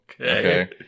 okay